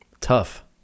Tough